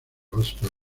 gospel